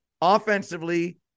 offensively